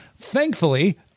Thankfully